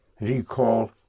recall